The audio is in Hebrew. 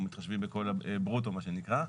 ברוטו מה שנקרא,